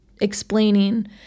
explaining